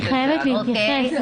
--- אני חייבת לסיים.